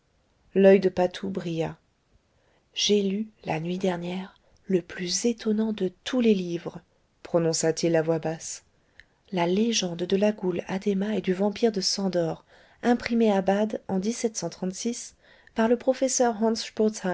l'oeil de patou brilla j'ai lu la nuit dernière le plus étonnant de tous les livres prononça-t-il à voix basse la légende de la goule addhéma et du vampire de szandor imprimée à bade en par le professeur